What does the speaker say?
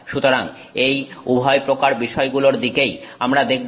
সুতরাং এই উভয় প্রকার বিষয়গুলোর দিকেই আমরা দেখব